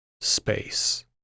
space